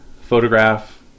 photograph